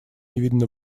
невинно